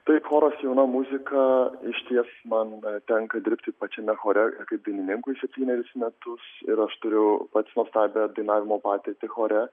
tai choras jauna muzika išties man tenka dirbti pačiame chore kaip dainininkui septynerius metus ir aš turiu pats nuostabią dainavimo patirtį chore